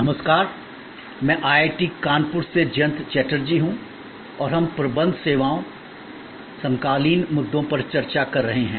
नमस्कार मैं IIT कानपुर से जयंत चटर्जी हूँ और हम प्रबंध सेवाओं समकालीन मुद्दों पर चर्चा कर रहे हैं